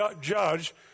judge